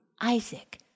Isaac